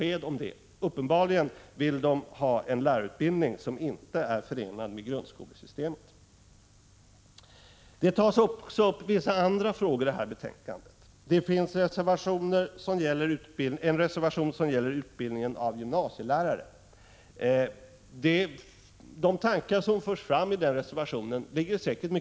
De vill uppenbarligen ha en lärarutbildning som inte är förenad med grundskolsystemet. I detta betänkande finns också en reservation som gäller utbildningen av gymnasielärare, och det ligger säkert mycket i de tankar som där förs fram.